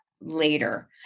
later